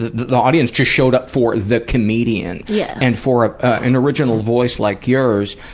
the the audience just showed up for the comedian yeah and for ah an original voice like yours,